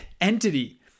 entity